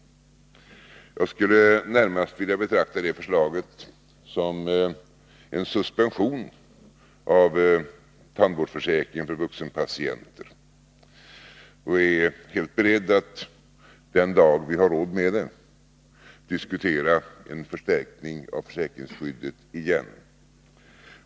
Jag skulle närmast vilja betrakta det förslaget som en suspension av tandvårdsförsäkringen för vuxenpatienter och är helt beredd att den dag vi har råd med det diskutera en förstärkning av försäkringsskyddet igen.